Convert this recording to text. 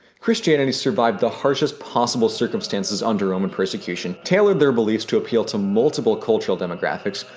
christianity survived the harshest possible circumstances under roman persecution, tailored their beliefs to appeal to multiple cultural demographics,